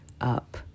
up